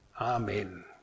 Amen